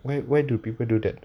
wait where do people do that